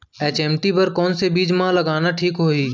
HMT बर कौन से बीज मा लगाना ठीक होही?